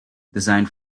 designed